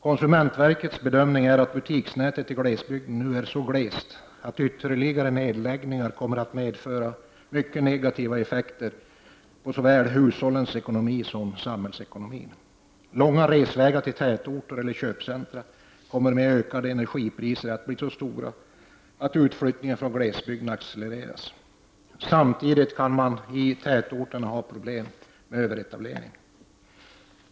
Konsumentverkets bedömning är att butiksnätet i glesbygden nu är så glest att ytterligare nedläggningar kommer att medföra mycket negativa effekter för såväl hushållsekonomi som samhällsekonomi. Utgifter för långa resvägar till tätorter eller köpcentra kommer med ökade energipriser att bli så stora att utflyttningen från glesbygden accelereras. Samtidigt kan man i tätorter ha problem med överetablering.